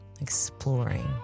Exploring